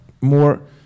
more